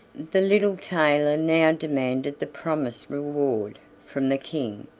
the little tailor now demanded the promised reward from the king,